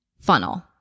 funnel